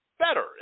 better